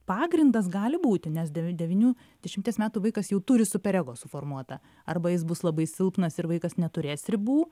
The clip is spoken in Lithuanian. pagrindas gali būti nes devi devynių dešimties metų vaikas jau turi super ego suformuotą arba jis bus labai silpnas ir vaikas neturės ribų